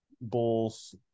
Bulls